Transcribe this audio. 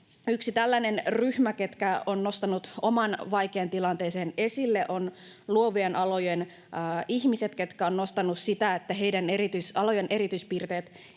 Yksi tällainen ryhmä, joka on nostanut oman vaikean tilanteeseensa esille, on luovien alojen ihmiset, ketkä ovat nostaneet sitä, että heidän erityisalojensa erityispiirteitä